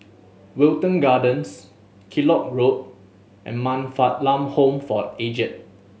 Wilton Gardens Kellock Road and Man Fatt Lam Home for Aged